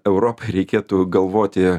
europai reikėtų galvoti